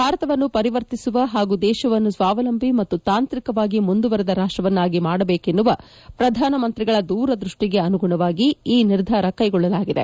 ಭಾರತವನ್ನು ಪರಿವರ್ತಿಸುವ ಹಾಗೂ ದೇಶವನ್ನು ಸ್ವಾವಲಂಬಿ ಮತ್ತು ತಾಂತ್ರಿಕವಾಗಿ ಮುಂದುವರಿದ ರಾಷ್ಟ್ವನ್ನಾಗಿ ಮಾಡಬೇಕೆನ್ನುವ ಪ್ರಧಾನಮಂತ್ರಿಗಳ ದೂರದೃಷ್ಟಿಗೆ ಅನುಗುಣವಾಗಿ ಈ ನಿರ್ಧಾರ ಕೈಗೊಳ್ಳಲಾಗಿದೆ